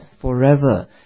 forever